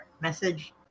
Message